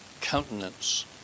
countenance